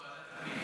ועדת הפנים.